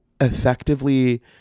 effectively